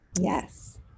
Yes